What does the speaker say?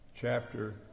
Chapter